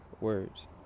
words